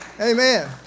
Amen